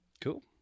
Cool